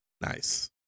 Nice